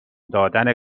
دادن